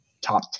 top